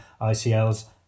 ICL's